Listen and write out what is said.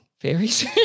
fairies